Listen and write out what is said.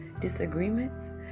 disagreements